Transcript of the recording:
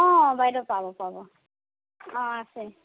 অঁ বাইদেউ পাব পাব অঁ আছে